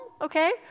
okay